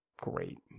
great